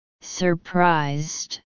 Surprised